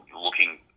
looking